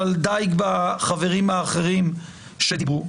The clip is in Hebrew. אבל די בחברים האחרים שדיברו.